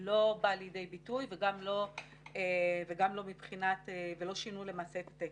לא בידי ביטוי ולא שינו למעשה את התקן.